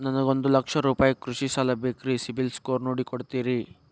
ನನಗೊಂದ ಲಕ್ಷ ರೂಪಾಯಿ ಕೃಷಿ ಸಾಲ ಬೇಕ್ರಿ ಸಿಬಿಲ್ ಸ್ಕೋರ್ ನೋಡಿ ಕೊಡ್ತೇರಿ?